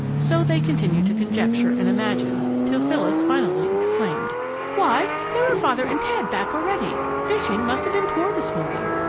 so they continued to conjecture and imagine till phyllis finally exclaimed why, there are father and ted back already! fishing must have been poor this morning.